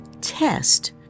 test